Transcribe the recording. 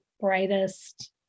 brightest